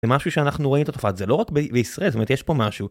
זה משהו שאנחנו רואים את התופעות, זה לא רק בישראל, זאת אומרת יש פה משהו.